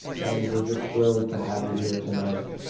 and we're just thrilled to have you here tonight.